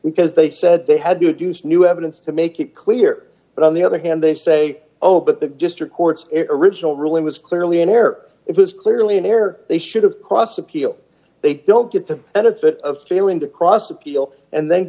because they said they had to use new evidence to make it clear but on the other hand they say oh but the district court's original ruling was clearly an error it was clearly an error they should have cross appeal they don't get the benefit of failing to cross appeal and then